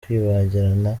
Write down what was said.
kwibagirana